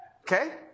Okay